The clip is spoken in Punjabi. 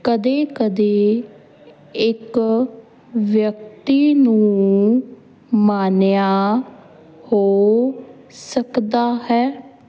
ਕਦੇ ਕਦੇ ਇੱਕ ਵਿਅਕਤੀ ਨੂੰ ਮਾਨੀਆ ਹੋ ਸਕਦਾ ਹੈ